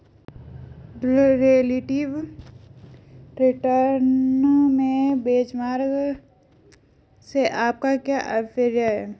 Relative return में benchmark से आपका क्या अभिप्राय है?